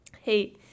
hey